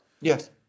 Yes